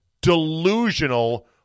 delusional